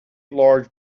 large